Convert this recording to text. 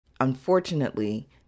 unfortunately